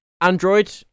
Android